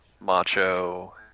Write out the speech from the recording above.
macho